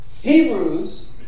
Hebrews